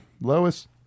Lois